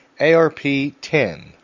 ARP10